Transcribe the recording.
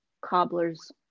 cobbler's